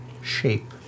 Shape